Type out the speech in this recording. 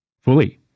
fully